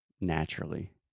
naturally